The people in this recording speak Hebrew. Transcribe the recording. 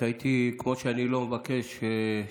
שחיתות שלטונית, פירושה,